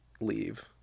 leave